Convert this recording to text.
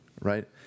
Right